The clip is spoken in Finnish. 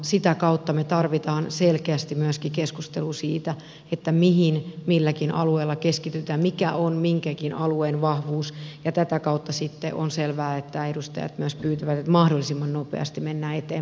sitä kautta me tarvitsemme selkeästi myöskin keskustelu siitä mihin milläkin alueella keskitytään mikä on minkäkin alueen vahvuus ja tätä kautta sitten on selvää että edustajat myös pyytävät että mahdollisimman nopeasti mennään eteenpäin